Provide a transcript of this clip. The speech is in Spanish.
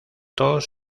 tos